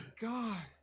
god